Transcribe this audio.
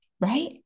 right